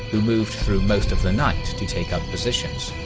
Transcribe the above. who moved through most of the night to take up positions.